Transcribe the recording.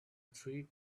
three